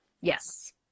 Yes